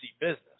business